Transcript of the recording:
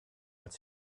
als